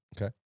Okay